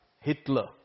Hitler